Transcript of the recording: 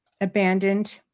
abandoned